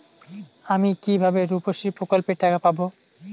আমি কিভাবে রুপশ্রী প্রকল্পের টাকা পাবো?